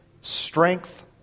strength